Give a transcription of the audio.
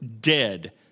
dead